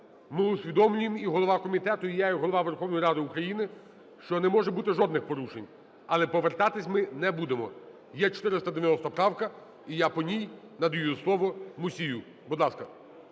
Ми усвідомлюємо, і голова комітету, і я як Голова Верховної Ради України, що не може бути жодних порушень, але повертатися ми не будемо. Є 490 правка, і я по ній надаю слово Мусію. Будь ласка.